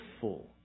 full